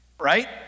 Right